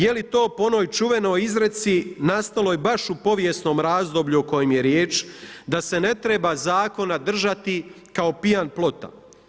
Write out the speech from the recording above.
Je li to po onoj čuvenoj izreci nastaloj baš u povijesnom razdoblju o kojem je riječ, da se ne treba zakona držati kao pijan plota?